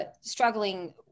struggling